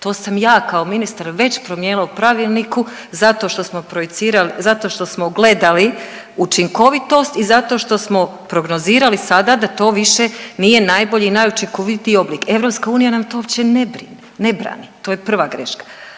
to sam ja kao ministar već promijenila u pravilniku zato što smo projicirali, zato što smo gledali učinkovitost i zato što smo prognozirali sada da to više nije najbolji i najučinkovitiji oblik. EU nam to uopće ne brani. To je prva greška.